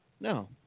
No